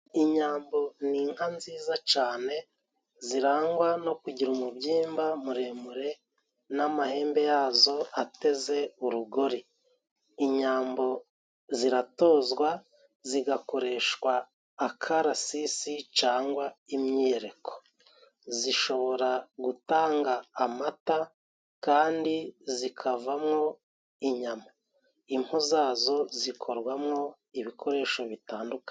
Inyambo ni inka nziza cane, zirangwa no kugira umubyimba muremure n'amahembe yazo ateze urugori，inyambo ziratozwa，zigakoreshwa akarasisi cangwa imyiyereko， zishobora gutanga amata kandi zikavamo inyama， impu zazo zikorwamo ibikoresho bitandukanye.